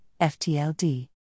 FTLD